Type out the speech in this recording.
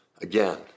Again